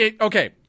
Okay